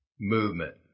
movement